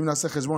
אם נעשה חשבון,